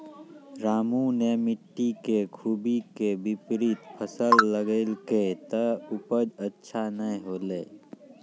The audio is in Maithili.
रामू नॅ मिट्टी के खूबी के विपरीत फसल लगैलकै त उपज अच्छा नाय होलै